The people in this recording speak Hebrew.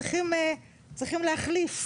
צריכים להחליף.